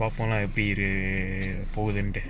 பாப்போம்:paapom lah எப்படிஇதுபோகுதுனுட்டு:eppadi idhu pokuthunuttu